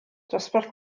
dosbarth